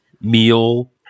meal